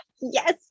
yes